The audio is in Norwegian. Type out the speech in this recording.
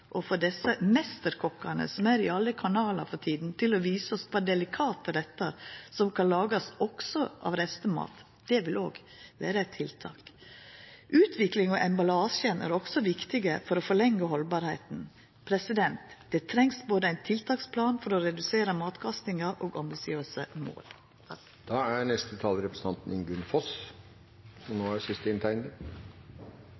og å få desse meisterkokkane som er i alle kanalar for tida, til å visa oss kva delikate rettar som kan lagast også av restemat, vil òg vera tiltak. Utvikling av emballasjen er også viktig for å forlengja haldbarheita. Det trengst både ein tiltaksplan for å redusera matkastinga og ambisiøse mål. Takk for en god debatt om en sak som engasjerer mange. Som tidligere sagt har statsråder og